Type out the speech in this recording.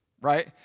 right